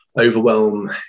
overwhelm